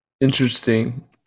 Interesting